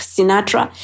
Sinatra